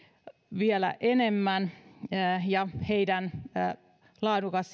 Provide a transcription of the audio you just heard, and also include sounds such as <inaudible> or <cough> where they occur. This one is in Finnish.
vielä enemmän ja heidän laadukkaan <unintelligible>